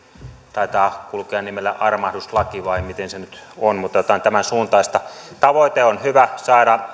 taitaa kulkea nimellä armahduslaki vai miten se nyt on mutta jotain tämän suuntaista tavoite on hyvä saada